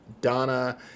Donna